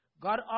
God